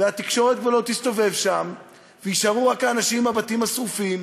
והתקשורת כבר לא תסתובב שם ויישארו רק האנשים עם הבתים השרופים,